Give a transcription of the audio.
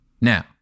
Now